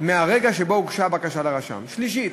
מהרגע שבו הוגשה הבקשה לרשם, שלישית,